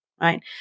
right